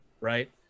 Right